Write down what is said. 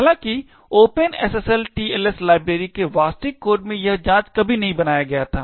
हालाँकि open SSL TLS library के वास्तविक कोड में यह जांच कभी नहीं बनाया गया था